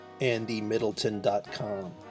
andymiddleton.com